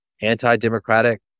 anti-democratic